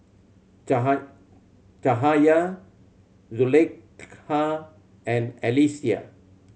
Caha Cahaya Zulaikha and Alyssa